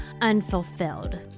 unfulfilled